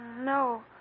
No